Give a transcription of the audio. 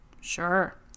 Sure